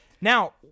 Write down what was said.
Now